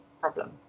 problem